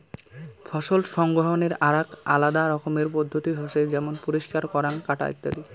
ফসল সংগ্রহনের আরাক আলাদা রকমের পদ্ধতি হসে যেমন পরিষ্কার করাঙ, কাটা ইত্যাদি